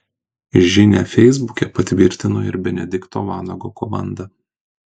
žinią feisbuke patvirtino ir benedikto vanago komanda